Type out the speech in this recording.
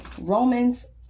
Romans